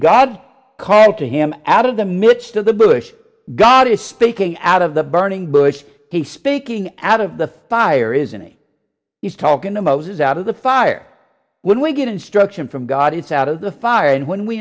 god called to him out of the midst of the bush god is speaking out of the burning bush he's speaking out of the fire is any he's talking to moses out of the fire when we get instruction from god it's out of the fire and when we